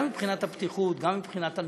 גם מבחינת הבטיחות, גם מבחינת הנוחות,